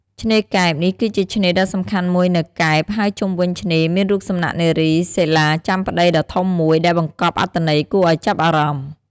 ឆ្នេរកែប នេះគឺជាឆ្នេរដ៏សំខាន់មួយនៅកែប ហើយជុំវិញឆ្នេរមានរូបសំណាកនារីសីលាចាំប្ដីដ៏ធំមួយ ដែលបង្កប់អត្ថន័យគួរឱ្យចាប់អារម្មណ៍។